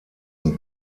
und